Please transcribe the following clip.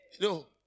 No